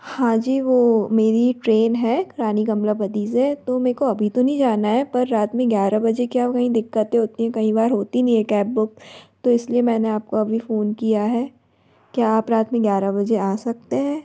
हाँ जी वो मेरी ट्रेन है एक रानी कमलापती से तो मे को अभी तो नहीं जाना है पर रात में ग्यारह बजे क्या वो कईं दिक्कतें होती हैं कई वार होती भी हैं कैब बुक तो इस लिए मैंने आप को अभी फ़ोन किया है क्या आप रात में ग्यारह बजे आ सकते हैं